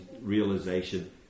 realization